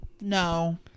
no